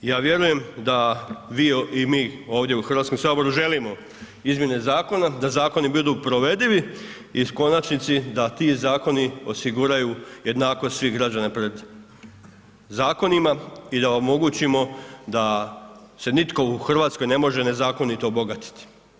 Ja vjerujem da vi i mi ovdje u Hrvatskom saboru želimo izmjene zakona, da budu provedivi i u konačnici da ti zakoni osiguraju jednakost svih građana pred zakonima i da omogućimo da se nitko u Hrvatskoj ne može nezakonito obogatiti.